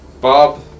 Bob